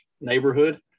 neighborhood